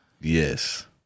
Yes